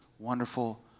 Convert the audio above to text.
wonderful